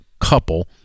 couple